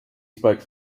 spoke